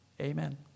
amen